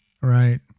Right